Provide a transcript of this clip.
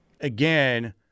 Again